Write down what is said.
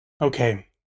okay